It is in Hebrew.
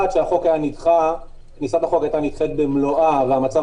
אחד שכניסת החוק הייתה נדחית במלואה והמצב